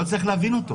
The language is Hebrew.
לא אצליח להבין אותו.